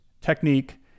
technique